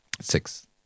six